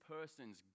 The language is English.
person's